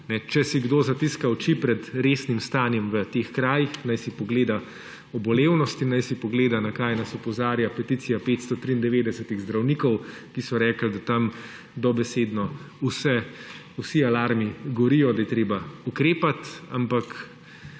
Če si kdo zatiska oči pred resnim stanjem v teh krajih, naj si pogleda obolevnost in naj si pogleda, na kaj nas opozarja peticija 593 zdravnikov, ki so rekli, da tam dobesedno vsi alarmi gorijo, da je treba ukrepati, ampak